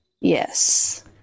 Yes